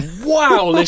Wow